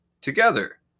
together